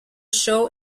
show